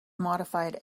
modified